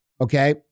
okay